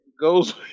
goes